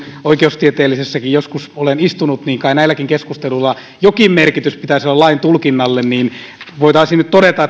oikeustieteellisessäkin joskus olen istunut niin kai näilläkin keskusteluilla jokin merkitys pitäisi olla lain tulkinnalle niin että voitaisiin nyt todeta